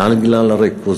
ורק בגלל הריכוזיות,